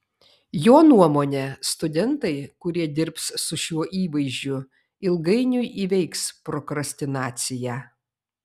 jo nuomone studentai kurie dirbs su šiuo įvaizdžiu ilgainiui įveiks prokrastinaciją